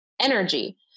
energy